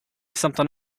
something